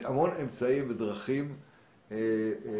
יש המון אמצעים ודרכים וטכנולוגיות.